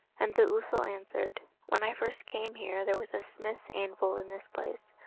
and the ousel answered, when i first came here there was a smith's anvil in this place,